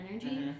energy